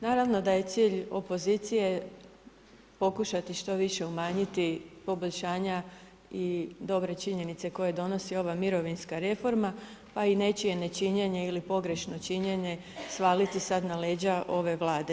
Naravno da je cilj opozicije, pokušati što više umanjiti poboljšanja i dobre činjenice koje donosi ova mirovinska reforma, pa i nečije nečinjenje ili pogrešno činjenje svaliti sada na leđa ove vlade.